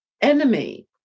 enemy